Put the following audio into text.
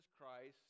Christ